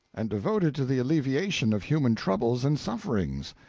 and devoted to the alleviation of human troubles and sufferings.